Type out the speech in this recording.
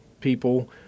people